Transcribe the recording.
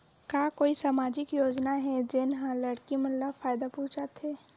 का कोई समाजिक योजना हे, जेन हा लड़की मन ला फायदा पहुंचाथे?